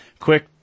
Quick